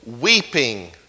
weeping